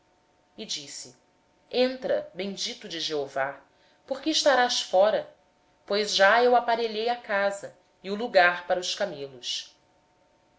e disse entra bendito do senhor por que estás aqui fora pois eu já preparei a casa e lugar para os camelos